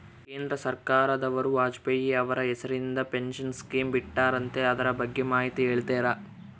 ಕೇಂದ್ರ ಸರ್ಕಾರದವರು ವಾಜಪೇಯಿ ಅವರ ಹೆಸರಿಂದ ಪೆನ್ಶನ್ ಸ್ಕೇಮ್ ಬಿಟ್ಟಾರಂತೆ ಅದರ ಬಗ್ಗೆ ಮಾಹಿತಿ ಹೇಳ್ತೇರಾ?